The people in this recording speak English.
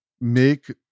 make